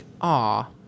aw